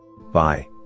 Bye